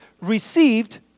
received